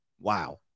wow